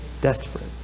desperate